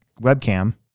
webcam